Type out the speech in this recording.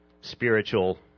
spiritual